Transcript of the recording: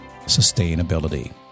sustainability